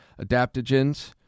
adaptogens